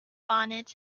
bonnet